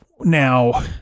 Now